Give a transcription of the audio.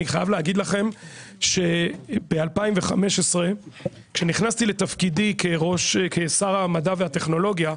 אני חייב להגיד לכם שב-2015 כשנכנסתי לתפקידי כשר המדע והטכנולוגיה,